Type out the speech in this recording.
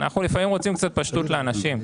לפעמים אנחנו רוצים קצת פשטות עבור האנשים.